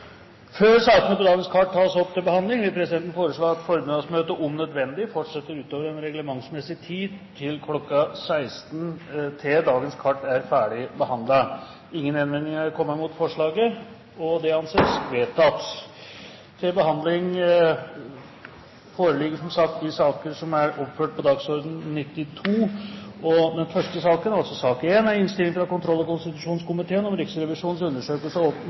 Før sakene på dagens kart tas opp til behandling, vil presidenten foreslå at formiddagsmøtet om nødvendig fortsetter utover den reglementsmessige tid, kl. 16, til dagens kart er ferdigbehandlet. – Ingen innvendinger er kommet mot presidentens forslag, og det anses vedtatt. Etter ønske fra kontroll- og konstitusjonskomiteen